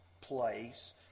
place